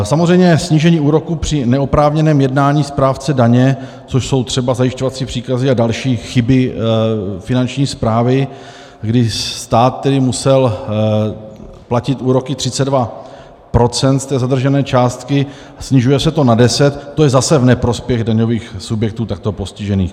Samozřejmě snížení úroků při neoprávněném jednání správce daně, což jsou třeba zajišťovací příkazy a další chyby Finanční správy, kdy stát tedy musel platit úroky 32 % z té zadržené částky, snižuje se to na deset, to je zase v neprospěch daňových subjektů takto postižených.